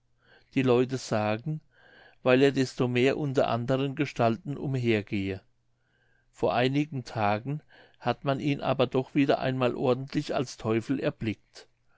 die leute sagen weil er desto mehr unter anderen gestalten umhergehe vor einigen tagen hat man ihn aber doch wieder einmal ordentlich als teufel erblickt